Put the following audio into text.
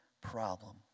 problem